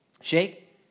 shake